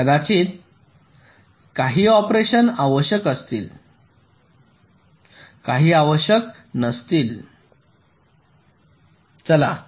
कदाचित काही ऑपरेशन आवश्यक असतील काही आवश्यक नसतील